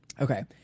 Okay